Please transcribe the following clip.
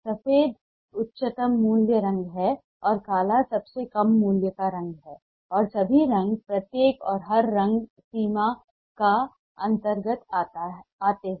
सफेद उच्चतम मूल्य रंग है और काला सबसे कम मूल्य का रंग है और सभी रंग प्रत्येक और हर रंग सीमा के अंतर्गत आते हैं